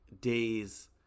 days